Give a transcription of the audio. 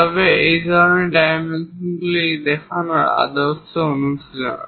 তবে এই ডাইমেনশনগুলি দেখানোর আদর্শ অনুশীলন